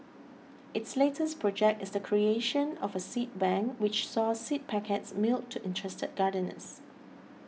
its latest project is the creation of a seed bank which saw seed packets mailed to interested gardeners